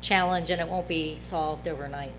challenge, and it won't be solved overnight.